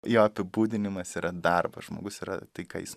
jo apibūdinimas yra darbas žmogus yra tai ką jis